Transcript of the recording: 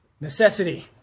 Necessity